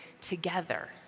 together